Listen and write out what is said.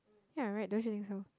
ya right don't you think so